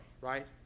right